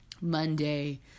monday